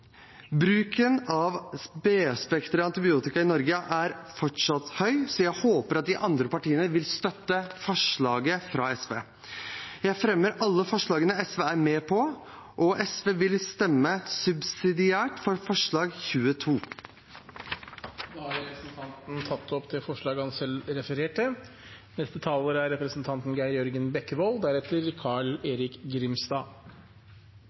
fortsatt høy, så jeg håper at de andre partiene vil støtte forslaget fra SV. Jeg tar opp forslaget SV står bak alene. SV vil stemme subsidiært for forslag nr. 22. Da har representanten Nicholas Wilkinson tatt opp det forslaget han refererte